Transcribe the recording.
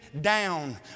down